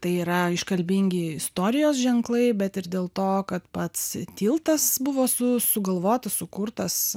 tai yra iškalbingi istorijos ženklai bet ir dėl to kad pats tiltas buvo su sugalvotas sukurtas